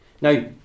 Now